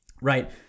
Right